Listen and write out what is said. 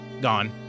gone